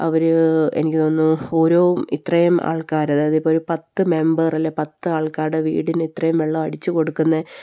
അവര് എനിക്ക് തോന്നുന്നു ഓരോ ഇത്രയും ആൾക്കാര് അതായത് ഇപ്പോള് ഒരു പത്ത് മെമ്പര് അല്ലെങ്കില് പത്ത് ആൾക്കാരുടെ വീടിന് ഇത്രയും വെള്ളം അടിച്ചുകൊടുക്കുന്ന